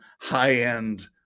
high-end